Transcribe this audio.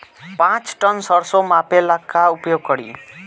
पाँच टन सरसो मापे ला का उपयोग करी?